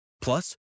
Plus